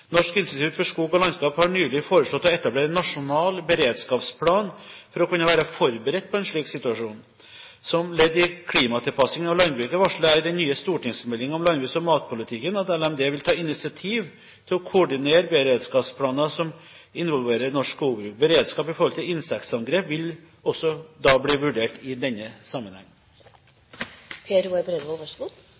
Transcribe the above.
Norsk institutt for skog og landskap har nylig foreslått å etablere en nasjonal beredskapsplan for å kunne være forberedt på en slik situasjon. Som ledd i klimatilpasning av landbruket varsler jeg i den nye stortingsmeldingen om landbruks- og matpolitikken at LMD vil ta initiativ til å koordinere beredskapsplaner som involverer norsk skogbruk. Beredskap i forhold til insektangrep vil bli vurdert i denne